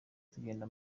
tugenda